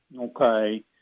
okay